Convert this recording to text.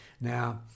Now